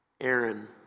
Aaron